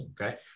Okay